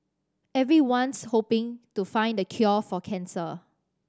everyone's hoping to find the cure for cancer